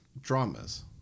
dramas